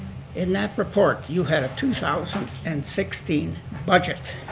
in that report you had two thousand and sixteen budget